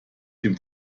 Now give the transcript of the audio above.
dem